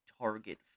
target